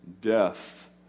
death